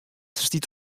stiet